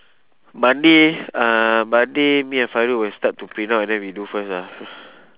monday uh monday me and fairul will start to print out and then we do first ah